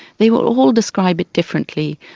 they will all describe it differently